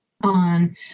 on